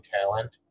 talent